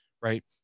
right